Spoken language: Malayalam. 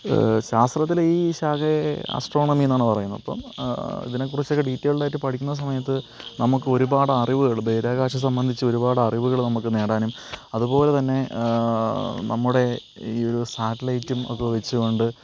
ശാസ്ത്രത്തിൽ ഈ ശാഖയെ അസ്ട്രോണമിന്നാണ് പറയുന്നത് അപ്പം ഇതിനെ കുറിച്ചൊക്കെ ഡീറ്റൈയിൽഡായിട്ട് പഠിക്കുന്ന സമയത്ത് നമുക്ക് ഒരുപാട് അറിവുകൾ ബഹിരാകാശം സംബന്ധിച്ച് ഒരുപാട് അറിവുകൾ നമുക്ക് നേടാനും അതുപോലെ തന്നെ നമ്മുടെ ഈ ഒരു സാറ്റലൈറ്റും ഒക്കെ വെച്ചുകൊണ്ട്